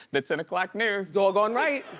the ten o'clock news. doggone right.